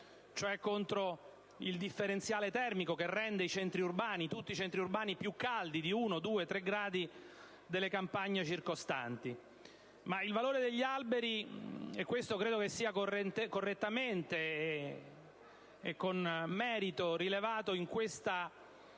cioè contro il differenziale termico che rende tutti i centri urbani più caldi di 1, 2, 3 gradi rispetto alle campagne circostanti. Ma il valore degli alberi (e questo credo che sia correttamente e con merito rilevato nel disegno